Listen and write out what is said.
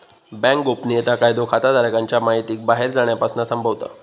bank गोपनीयता कायदो खाताधारकांच्या महितीक बाहेर जाण्यापासना थांबवता